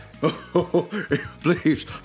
Please